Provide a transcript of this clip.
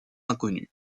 inconnue